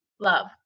love